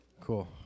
Cool